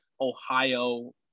Ohio